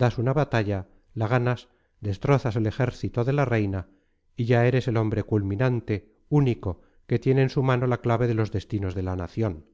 das una batalla la ganas destrozas el ejército de la reina y ya eres el hombre culminante único que tiene en su mano la clave de los destinos de la nación